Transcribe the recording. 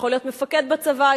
יכול להיות מפקד בצבא,